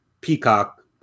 Peacock